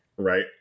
right